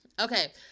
Okay